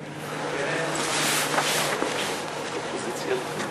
אני שמעתי את המכתב שחברת הכנסת רגב